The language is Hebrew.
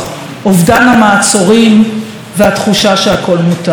אובדן המעצורים והתחושה שהכול מותר.